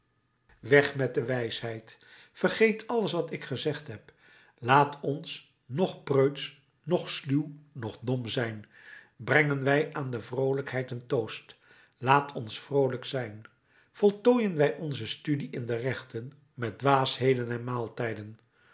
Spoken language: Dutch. weg met de wijsheid vergeet alles wat ik gezegd heb laat ons noch preutsch noch sluw noch dom zijn brengen wij aan de vroolijkheid een toast laat ons vroolijk zijn voltooien wij onze studie in de rechten met dwaasheden en maaltijden